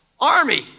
army